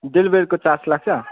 डेलिभरीको चार्ज लाग्छ